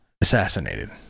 assassinated